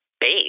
base